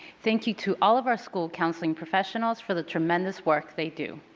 thank you to all of our school counseling professionals for the tremendous work they do!